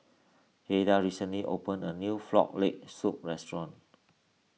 Jaeda recently opened a new Frog Leg Soup restaurant